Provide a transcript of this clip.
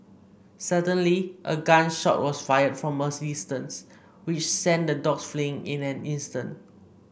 suddenly a gun shot was fired from a distance which sent the dogs fleeing in an instant